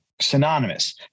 synonymous